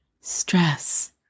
stress